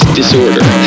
disorder